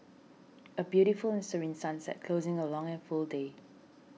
a beautiful and serene sunset closing a long and full day